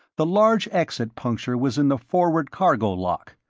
the large exit puncture was in the forward cargo lock.